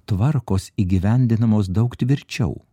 tvarkos įgyvendinamos daug tvirčiau